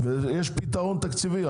יש פתרון תקציבי.